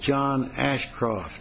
john ashcroft